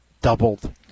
doubled